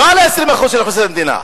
לא על ה-20% של אוכלוסיית המדינה,